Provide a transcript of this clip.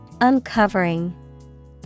Uncovering